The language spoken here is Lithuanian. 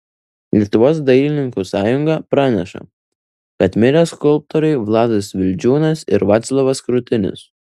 lietuvos dailininkų sąjunga praneša kad mirė skulptoriai vladas vildžiūnas ir vaclovas krutinis